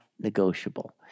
negotiable